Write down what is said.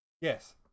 Yes